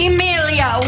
Emilia